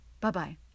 Bye-bye